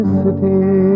city